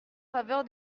faveur